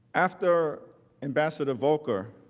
after ambassador volker